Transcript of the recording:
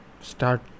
start